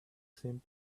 same